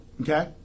Okay